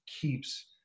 keeps